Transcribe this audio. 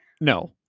No